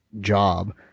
job